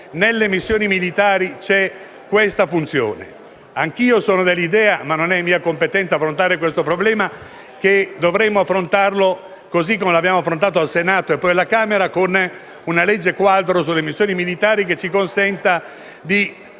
Nelle missioni militari c'è questa funzione. Anch'io sono dell'idea - sebbene non sia di mia competenza questo problema - che dovremmo affrontarlo, così come abbiamo fatto al Senato e alla Camera, con una legge quadro sulle missioni militari che ci consenta di